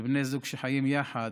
אלו בני זוג שחיים יחד,